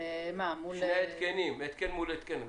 שני ההתקנים, התקן מול התקן?